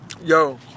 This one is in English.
Yo